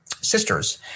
sisters